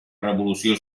revolució